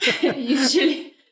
Usually